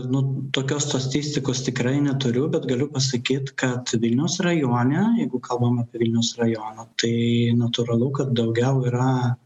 nu tokios statistikos tikrai neturiu bet galiu pasakyt kad vilniaus rajone jeigu kalbam apie vilniaus rajoną tai natūralu kad daugiau yra